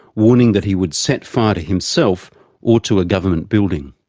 warning that he would set fire to himself or to a government building.